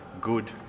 good